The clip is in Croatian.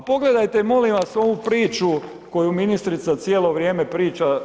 A pogledajte, molim vas, ovu priču koju ministrica cijelo vrijeme priča.